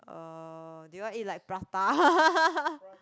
um do you want eat like prata